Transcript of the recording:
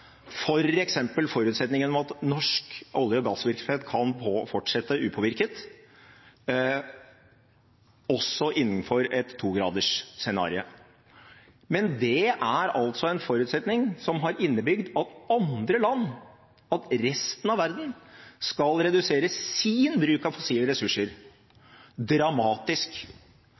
forutsetningen om at norsk olje- og gassvirksomhet kan fortsette upåvirket, også innenfor et togradersscenario. Men dette er altså en forutsetning som har innebygd at andre land, at resten av verden, skal redusere sin bruk av fossile ressurser dramatisk.